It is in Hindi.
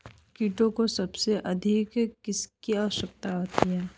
कीटों को सबसे अधिक किसकी आवश्यकता होती है?